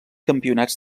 campionats